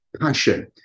passion